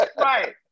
Right